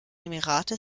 emirate